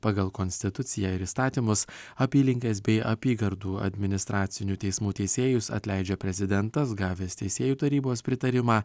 pagal konstituciją ir įstatymus apylinkės bei apygardų administracinių teismų teisėjus atleidžia prezidentas gavęs teisėjų tarybos pritarimą